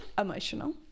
emotional